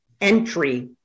entry